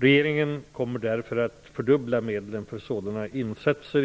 Regeringen kommer därför att fördubbla medlen för sådana insatser